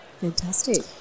Fantastic